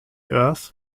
earth